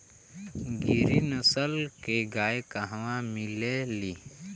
गिरी नस्ल के गाय कहवा मिले लि?